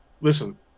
Listen